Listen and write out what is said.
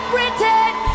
Britain